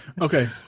Okay